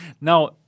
Now